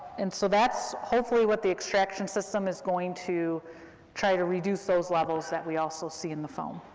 and so that's hopefully what the extraction system is going to try to reduce those levels that we also see in the foam.